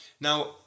now